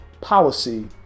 policy